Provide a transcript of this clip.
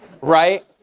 right